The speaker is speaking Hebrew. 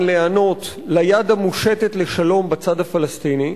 להיענות ליד המושטת לשלום בצד הפלסטיני.